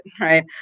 right